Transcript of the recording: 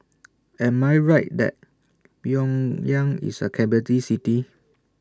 Am I Right that Pyongyang IS A Capital City